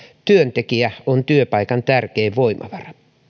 työntekijä on työpaikan tärkein voimavara